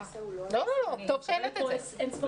שהעלית את זה.